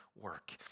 work